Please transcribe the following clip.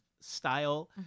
style